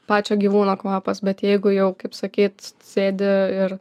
pačio gyvūno kvapas bet jeigu jau kaip sakyt sėdi ir